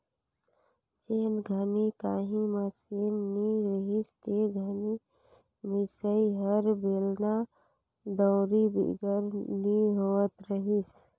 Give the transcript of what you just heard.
जेन घनी काही मसीन नी रहिस ते घनी मिसई हर बेलना, दउंरी बिगर नी होवत रहिस